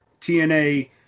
TNA